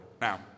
Now